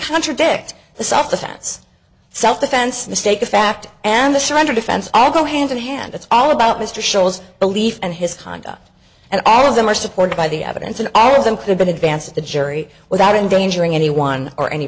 contradict the soft offense self defense mistake of fact and the surrender defense i'll go hand in hand it's all about mr sholes belief and his conduct and all of them are supported by the evidence and all of them could that advances the jury without endangering anyone or any